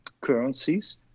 currencies